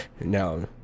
no